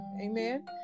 amen